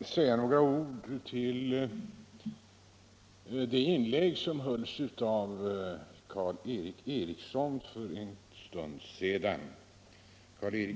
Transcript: säga några ord med anledning av det anförande som hölls av herr Eriksson i Arvika.